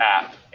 app